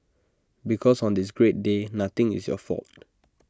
because on this great day nothing is your fault